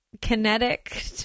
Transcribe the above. kinetic